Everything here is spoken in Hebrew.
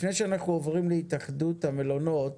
לפני שנעבור להתאחדות המלונות,